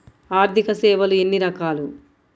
ఆర్థిక సేవలు ఎన్ని రకాలు?